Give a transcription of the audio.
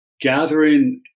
gathering